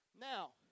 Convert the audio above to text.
Now